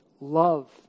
Love